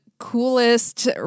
coolest